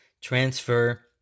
transfer